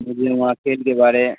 مجھے مارکیٹ کے بارے